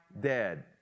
dead